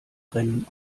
rennen